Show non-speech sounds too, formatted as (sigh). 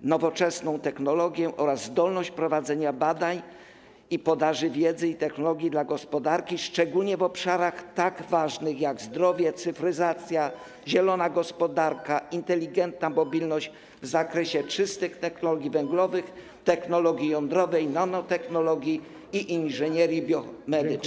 nowoczesną technologię oraz zdolność prowadzenia badań i podaży wiedzy i technologii dla gospodarki, szczególnie w obszarach tak ważnych jak zdrowie, (noise) cyfryzacja, zielona gospodarka, inteligentna mobilność w zakresie czystych technologii węglowych, technologii jądrowej, nanotechnologii i inżynierii biomedycznej.